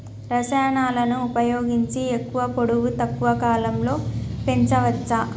రసాయనాలను ఉపయోగించి ఎక్కువ పొడవు తక్కువ కాలంలో పెంచవచ్చా?